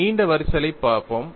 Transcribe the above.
நீண்ட விரிசலைப் பார்ப்போம்